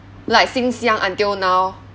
like since young until now